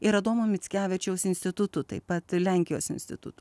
ir adomo mickevičiaus institutu taip pat lenkijos institutu